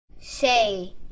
Say